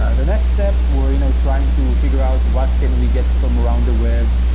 ah the next steps were you know trying to figure out what can we get from around the web.